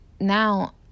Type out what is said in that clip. Now